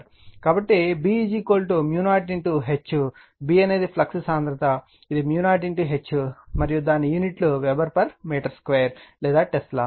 కాబట్టి B 0 H B అనేది flux సాంద్రత ఇది 0 H మరియు దాని యూనిట్ లు వెబెర్ మీటర్2 లేదా టెస్లా